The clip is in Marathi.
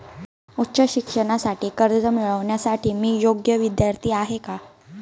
उच्च शिक्षणासाठी कर्ज मिळविण्यासाठी मी योग्य विद्यार्थी आहे का?